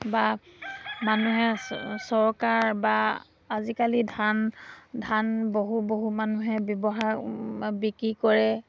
বা মানুহে চৰকাৰ বা আজিকালি ধান ধান বহু বহু মানুহে ব্যৱহাৰ বিক্ৰী কৰে